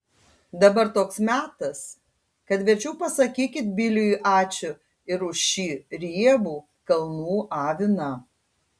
dabar toks metas kad verčiau pasakykit biliui ačiū ir už šį riebų kalnų aviną